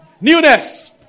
newness